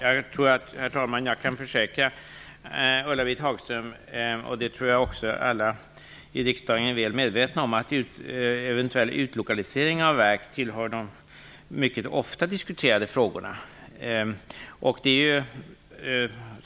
Herr talman! Jag kan försäkra Ulla-Britt Hagström, vilket jag tror att alla i riksdagen är väl medvetna om, att eventuell utlokalisering av verk tillhör de mycket ofta diskuterade frågorna.